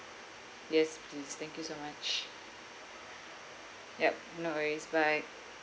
yes please thank you so much yup no worries bye